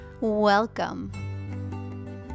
Welcome